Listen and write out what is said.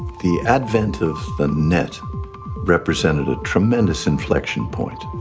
the advent of the net represented a tremendous inflection point.